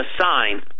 sign